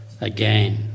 again